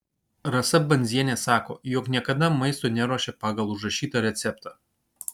rasa bandzienė sako jog niekada maisto neruošia pagal užrašytą receptą